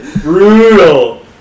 Brutal